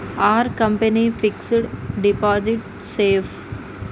Are company fixed deposit safe?